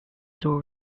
door